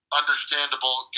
understandable